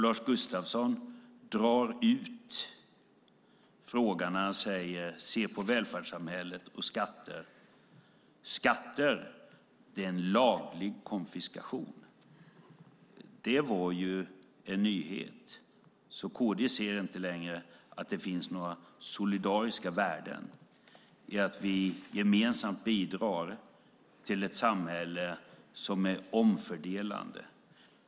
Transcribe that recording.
Lars Gustafsson drar ut frågan när han säger att vi ska titta på välfärdssamhället och skatterna. Skatter är en laglig konfiskation! Det var en nyhet. KD anser inte längre att det finns några solidariska värden i att vi gemensamt bidrar till ett samhälle som är omfördelande.